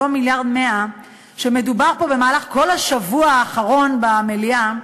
אותם 1.1 מיליארד שמדובר בהם פה במהלך כל השבוע האחרון במליאה,